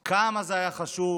כמה זה היה חשוב,